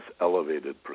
elevated